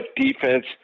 defense